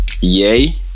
yay